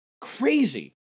Crazy